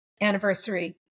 anniversary